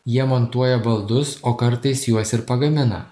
jie montuoja baldus o kartais juos ir pagamina